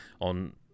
on